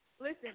Listen